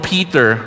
Peter